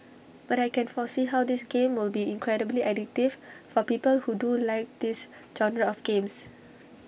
but I can foresee how this game will be incredibly addictive for people who do like this genre of games